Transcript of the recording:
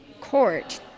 Court